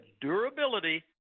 durability